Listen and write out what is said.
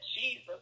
Jesus